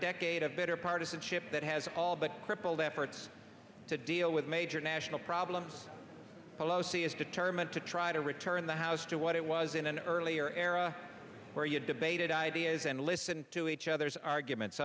decade of bitter partisanship that has all but crippled efforts to deal with major national problems pelosi is determined to try to return the house to what it was in an earlier era where you debated ideas and listen to each other's arguments